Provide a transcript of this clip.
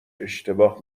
اشتباه